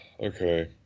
okay